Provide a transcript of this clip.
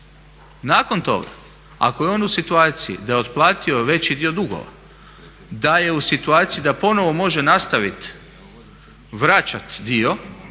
Nakon toga, ako je on u situaciji da je otplatio veći dio dugova, da je u situaciji da ponovo može nastavit vraćati dio